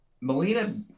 Melina